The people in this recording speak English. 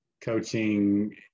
coaching